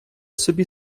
собі